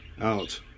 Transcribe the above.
out